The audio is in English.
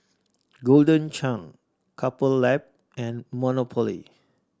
Golden Churn Couple Lab and Monopoly